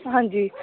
ਹਾਂਜੀ